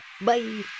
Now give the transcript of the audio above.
Bye